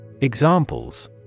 Examples